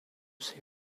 save